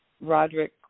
Roderick